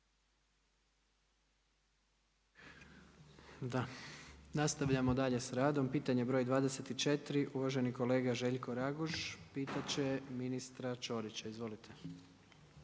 Da, nastavljamo dalje s radom, pitanje broj 24. uvaženi kolega Željko Raguž, pitat će ministra Ćorića. Izvolite.